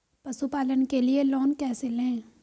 पशुपालन के लिए लोन कैसे लें?